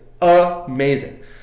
amazing